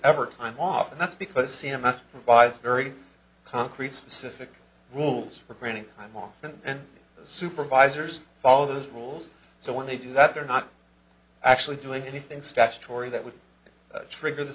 ever time off and that's because c m s provides very concrete specific rules for granting time off and the supervisors follow those rules so when they do that they're not actually doing anything statutory that would trigger th